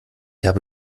habe